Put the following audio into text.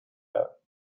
out